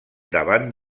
davant